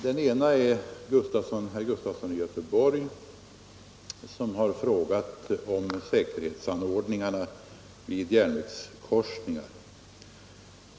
Den ena frågan ställdes av herr Sven Gustafson i Göteborg och gällde säkerhetsanordningarna vid järnvägskorsningar.